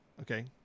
Okay